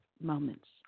moments